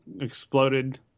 exploded